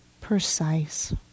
precise